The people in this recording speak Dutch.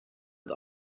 het